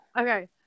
okay